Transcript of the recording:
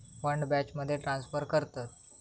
fund बॅचमध्ये transfer करतत